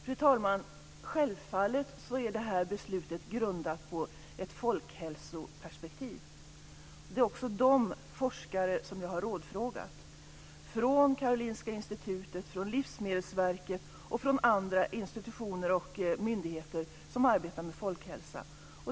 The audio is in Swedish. Fru talman! Självfallet är det här beslutet grundat i ett folkhälsoperspektiv. De forskare som jag har rådfrågat kommer från Karolinska Institutet, Livsmedelsverket och andra institutioner och myndigheter som arbetar med folkhälsa.